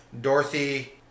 Dorothy